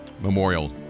memorial